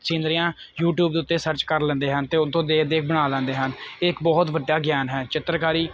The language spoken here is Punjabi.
ਸਿਨਰੀਆਂ ਯੂਟੀਊਬ ਦੇ ਉੱਤੇ ਸਰਚ ਕਰ ਲੈਂਦੇ ਹਨ ਅਤੇ ਉਹਤੋਂ ਦੇਖ ਦੇਖ ਬਣਾ ਲੈਂਦੇ ਹਨ ਇਹ ਇੱਕ ਬਹੁਤ ਵੱਡਾ ਗਿਆਨ ਹੈ ਚਿੱਤਰਕਾਰੀ